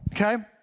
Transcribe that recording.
Okay